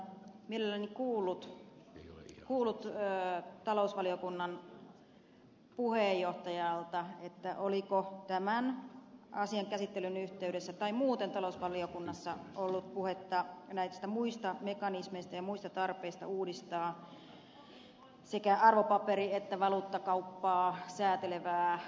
olisin mielelläni kuullut talousvaliokunnan puheenjohtajalta oliko tämän asian käsittelyn yhteydessä tai muuten talousvaliokunnassa ollut puhetta näistä muista mekanismeista ja muista tarpeista uudistaa sekä arvopaperi että valuuttakauppaa säätelevää lainsäädäntöämme